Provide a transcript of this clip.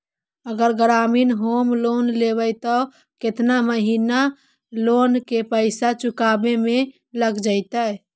अगर ग्रामीण home loan लेबै त केतना महिना लोन के पैसा चुकावे में लग जैतै?